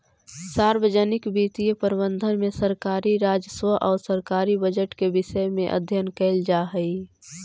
सार्वजनिक वित्तीय प्रबंधन में सरकारी राजस्व आउ सरकारी बजट के विषय में अध्ययन कैल जा हइ